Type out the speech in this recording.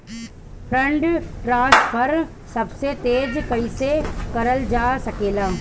Fund transfer सबसे तेज कइसे करल जा सकेला?